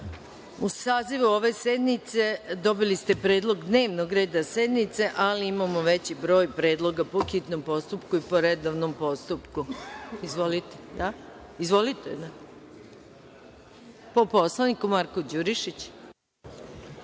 sazivu ove sednice dobili ste predlog dnevnog reda sednice, ali imamo veći broj predloga po hitnom postupku i po redovnom postupku. Izvolite. Reč ima narodni poslanik Marko Đurišić,